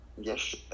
yes